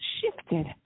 shifted